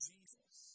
Jesus